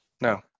no